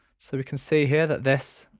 so we can see here that this